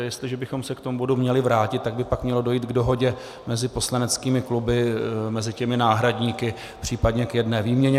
Jestliže bychom se k bodu měli vrátit, tak by mělo dojít k dohodě mezi poslaneckými kluby, mezi náhradníky případně k jedné výměně.